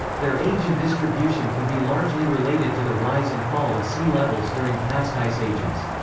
their age and distribution can be largely related to the rise and fall of sea levels during past ice ages.